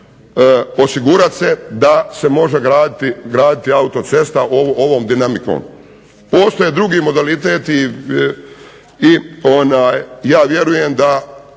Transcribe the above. osigurati se da se može graditi autocesta ovom dinamikom. Postoje drugi modaliteti i ja vjerujem da